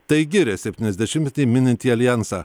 tai giria septyniasdešimtmetį minintį aljansą